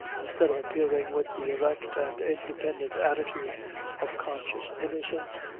instead of appearing with the erect and independent attitude of conscious innocence,